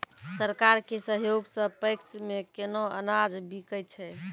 सरकार के सहयोग सऽ पैक्स मे केना अनाज बिकै छै?